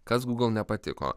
kas gūgl nepatiko